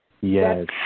Yes